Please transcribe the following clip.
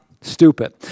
Stupid